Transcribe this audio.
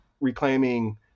reclaiming